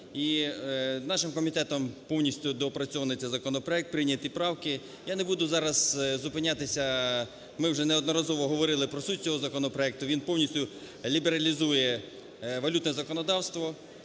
І нашим комітетом повністю доопрацьований цей законопроект, прийняті правки. Я не буду зараз зупинятися, ми вже неодноразово говорили про суть цього законопроекту, він повністю лібералізує валютне законодавство.